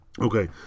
okay